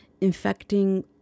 infecting